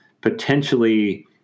potentially